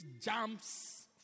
jumps